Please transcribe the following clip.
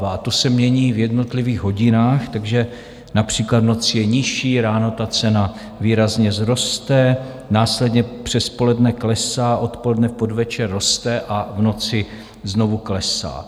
To se mění v jednotlivých hodinách, takže například v noci je nižší, ráno cena výrazně vzroste, následně přes poledne klesá, odpoledne a v podvečer roste a v noci znovu klesá.